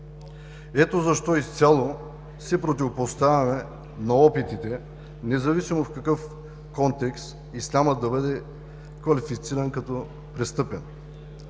Ето защо изцяло се противопоставяме на опитите, независимо в какъв контекст, ислямът да бъде квалифициран като престъпен.